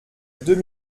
deux